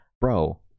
Bro